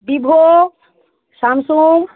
Vivo Samsung